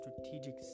strategic